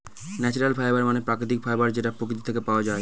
natural fiber মানে প্রাকৃতিক fiber যেটা প্রকৃতি থেকে পাওয়া যায়